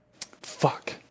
Fuck